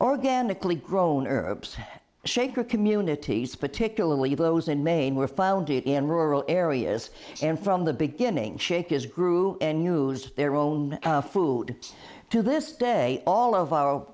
organically grown herbs shaker communities particularly those in maine were found it in rural areas and from the beginning shakers grew and used their own food to this day all of our